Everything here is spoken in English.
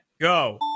go